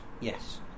Yes